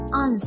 on